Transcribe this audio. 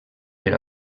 per